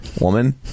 Woman